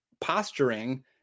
posturing